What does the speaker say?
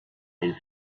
and